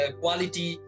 quality